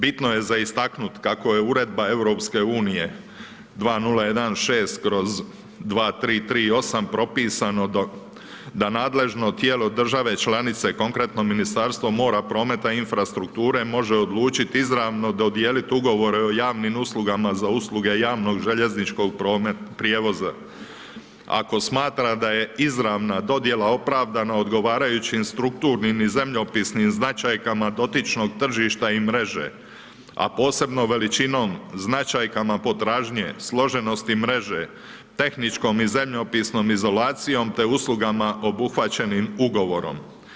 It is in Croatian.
Bitno je za istaknuti kako je uredba EU 2016/2338 propisano da nadležno tijelo države članice, konkretno Ministarstvo mora, prometa i infrastrukture, može odlučiti izrano dodijeliti ugovore o javnim uslugama za usluge javnog željezničkog prijevoza, ako smatra da je izravna dodjela opravdana odgovarajućim strukturni i zemljopisnim značajka dotičnog tržišta i mreže, a posebno veličinom značajkama potražnje, složenosti mreže, tehničkom i zemljopisnom izolacijom, te uslugama obuhvaćenim ugovorom.